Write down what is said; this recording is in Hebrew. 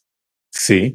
סי.,